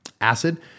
Acid